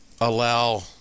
allow